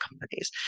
companies